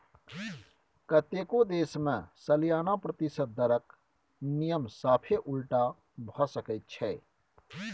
कतेको देश मे सलियाना प्रतिशत दरक नियम साफे उलटा भए सकै छै